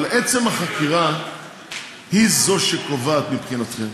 אבל עצם החקירה היא זו שקובעת מבחינתכם.